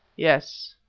yes,